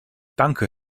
danke